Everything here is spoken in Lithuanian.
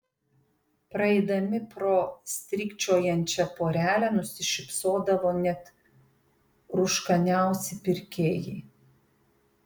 praeidami pro strykčiojančią porelę nusišypsodavo net rūškaniausi pirkėjai